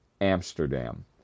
Amsterdam